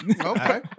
okay